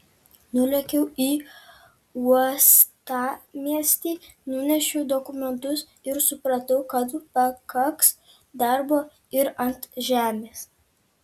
nulėkiau į uostamiestį nunešiau dokumentus ir supratau kad pakaks darbo ir ant žemės